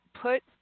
put